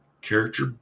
character